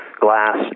glass